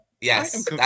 yes